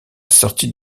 sortie